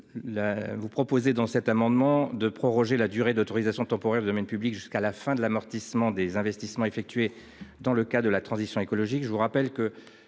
vous proposez de proroger la durée de l'autorisation d'occupation temporaire du domaine public jusqu'à la fin de l'amortissement des investissements effectués dans le cadre de la transition écologique.